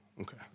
Okay